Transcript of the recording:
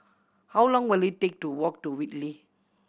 how long will it take to walk to Whitley